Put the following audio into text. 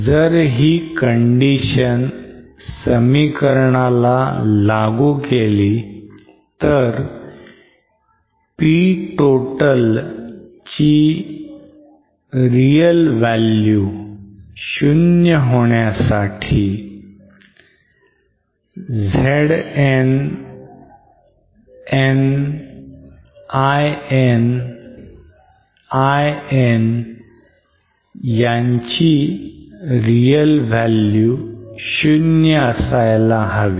जर ही condition समीकरणाला लागू केली तर P total ची real value 0 होण्यासाठी Zn'n'In'In' ची real value 0 असायला हवी